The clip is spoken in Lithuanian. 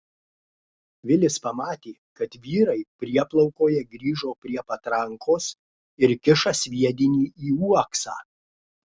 vilis pamatė kad vyrai prieplaukoje grįžo prie patrankos ir kiša sviedinį į uoksą